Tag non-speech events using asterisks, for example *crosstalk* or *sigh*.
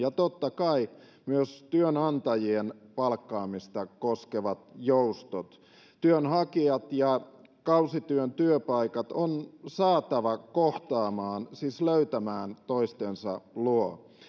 *unintelligible* ja totta kai myös työnantajien palkkaamista koskevat joustot työnhakijat ja kausityön työpaikat on saatava kohtaamaan siis löytämään toistensa luo